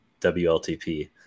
WLTP